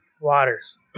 waters